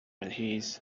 his